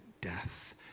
death